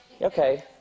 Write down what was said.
Okay